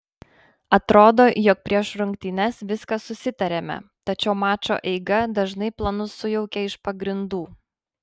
atrodo jog prieš rungtynes viską susitariame tačiau mačo eiga dažnai planus sujaukia iš pagrindų